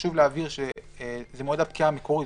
חשוב להבהיר שזה מועד הפקיעה המקורי,